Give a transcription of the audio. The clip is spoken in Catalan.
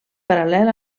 paral·lel